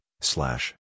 slash